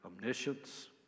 omniscience